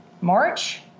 March